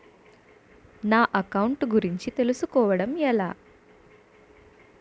నా అకౌంట్ గురించి తెలుసు కోవడం ఎలా?